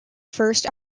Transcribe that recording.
first